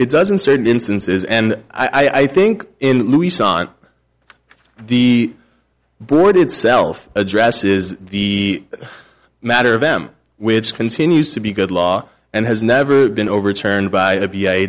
it doesn't certain instances and i think in louise on the board itself addresses the matter of them which continues to be good law and has never been overturned by